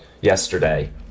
yesterday